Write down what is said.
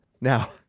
Now